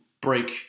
break